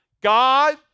God